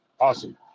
Awesome